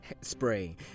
spray